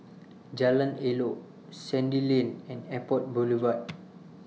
Jalan Elok Sandy Lane and Airport Boulevard